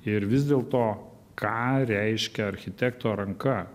ir vis dėlto ką reiškia architekto ranka